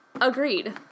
agreed